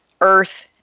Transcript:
earth